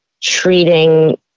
treating